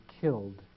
killed